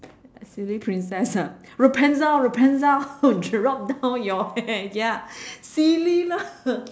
silly princess ah rapunzel rapunzel drop down your hair ya silly lah